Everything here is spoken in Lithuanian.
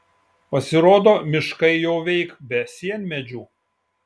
pasirodo miškai jau veik be sienmedžių